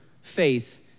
faith